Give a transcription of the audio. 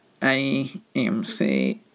AMC